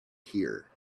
here